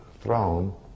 throne